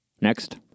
Next